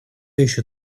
еще